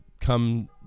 come